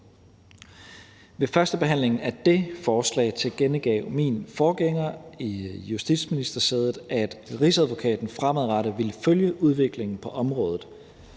Ved førstebehandlingen af det forslag tilkendegav min forgænger i justitsministersædet, at Rigsadvokaten fremadrettet ville følge udviklingen på området.